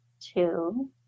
two